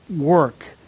work